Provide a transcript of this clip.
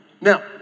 Now